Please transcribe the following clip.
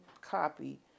copy